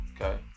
Okay